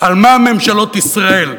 על מה ממשלות ישראל,